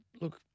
Look